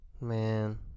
man